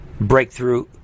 breakthrough